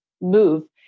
move